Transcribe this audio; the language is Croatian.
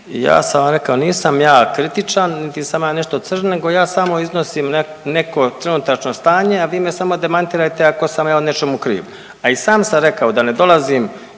Ja sam vam rekao, nisam ja kritičan, niti sam ja nešto crn nego ja samo iznosim neko trenutačno stanje, a vi me samo demantirajte ako sam ja o nečemu kriv. A i sam sam rekao da ne dolazim